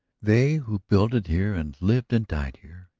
they who builded here and lived and died here.